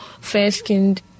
fair-skinned